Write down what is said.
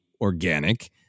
organic